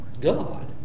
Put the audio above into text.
God